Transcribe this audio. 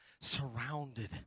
surrounded